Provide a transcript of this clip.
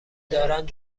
دارند